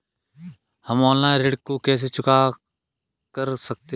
हम ऑनलाइन ऋण को कैसे चुकता कर सकते हैं?